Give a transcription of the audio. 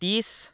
ত্ৰিছ